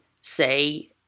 say